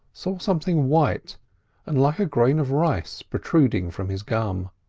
saw something white and like a grain of rice protruding from his gum.